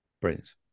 brilliant